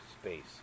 space